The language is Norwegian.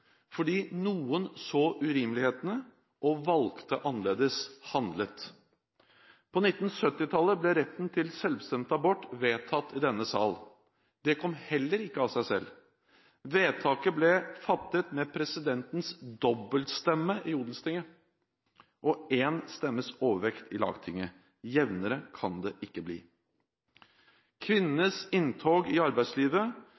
fordi noen så urimelighetene og valgte annerledes – de handlet. På 1970-tallet ble retten til selvbestemt abort vedtatt i denne sal. Det kom heller ikke av seg selv. Vedtaket ble fattet med presidentens dobbeltstemme i Odelstinget, og med én stemmes overvekt i Lagtinget. Jevnere kan det ikke